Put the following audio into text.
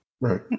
Right